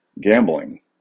Gambling